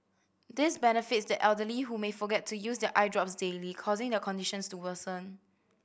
this benefits the elderly who may forget to use their eye drops daily causing their condition to worsen